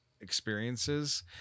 experiences